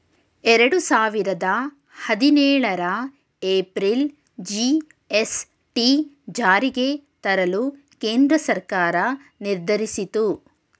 ಎರಡು ಸಾವಿರದ ಹದಿನೇಳರ ಏಪ್ರಿಲ್ ಜಿ.ಎಸ್.ಟಿ ಜಾರಿಗೆ ತರಲು ಕೇಂದ್ರ ಸರ್ಕಾರ ನಿರ್ಧರಿಸಿತು